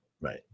Right